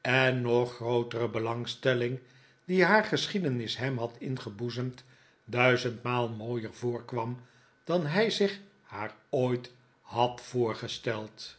en nog grootere belangstelling die haar geschiedenis hem had ingeboezemd duizendmaal mooier voorkwam dan hij zich haar ooit had voorgesteld